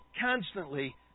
constantly